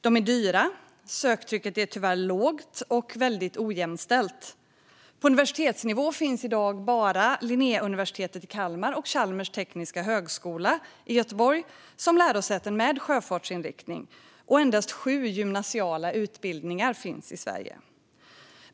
De är dyra, och söktrycket är tyvärr lågt och väldigt ojämställt. På universitetsnivå finns i dag i Sverige bara Linnéuniversitetet i Kalmar och Chalmers tekniska högskola i Göteborg som lärosäten med sjöfartsinriktning, och det finns endast sju gymnasiala utbildningar.